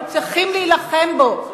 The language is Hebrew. הוא רחוק מלהצליח, ואנחנו צריכים להילחם בו.